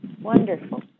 Wonderful